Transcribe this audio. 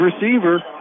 receiver